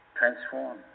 Transform